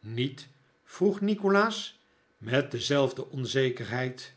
niet vroeg nikolaas met dezelfde onzekerheid